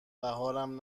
بهارم